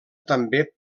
també